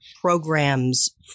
programs